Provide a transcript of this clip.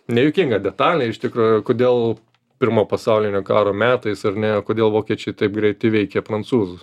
nejuokingą detalę iš tikro kodėl pirmo pasaulinio karo metais ar ne kodėl vokiečiai taip greit įveikė prancūzus